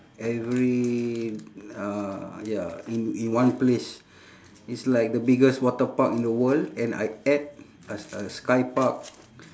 every uh ya in in one place it's like the biggest water park in the world and I add a a sky park